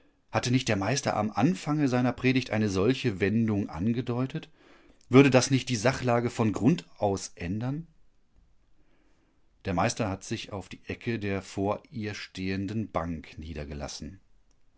hatte nicht der meister am anfange seiner predigt eine solche wendung angedeutet würde das nicht die sachlage von grund aus ändern der meister hat sich auf die ecke der vor ihr stehenden bank niedergelassen